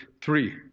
three